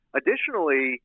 additionally